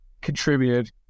contributed